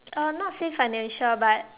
uh not say financial but